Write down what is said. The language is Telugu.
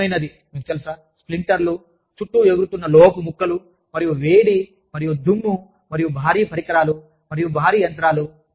పదునైనది మీకు తెలుసా స్ప్లింటర్లు చుట్టూ ఎగురుతున్న లోహపు ముక్కలు మరియు వేడి మరియు దుమ్ము మరియు భారీ పరికరాలు మరియు భారీ యంత్రాలు